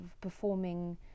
performing